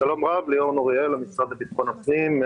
המשרד לביטחון פנים.